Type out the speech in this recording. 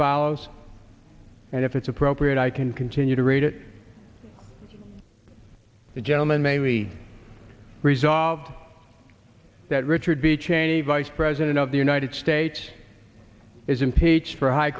follows and if it's appropriate i can continue to read it the gentleman may be resolved that richard b cheney vice president of the united states is impeached for high